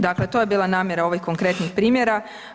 Dakle, to je bila namjera ovih konkretnih primjera.